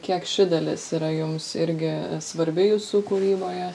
kiek ši dalis yra jums irgi svarbi jūsų kūryboje